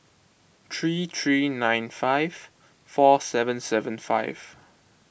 three three nine five four seven seven five